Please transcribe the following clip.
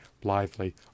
blithely